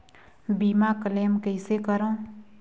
बीमा क्लेम कइसे करों?